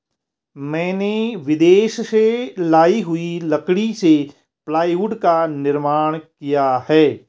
मैंने विदेश से लाई हुई लकड़ी से प्लाईवुड का निर्माण किया है